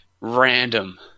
Random